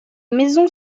maisons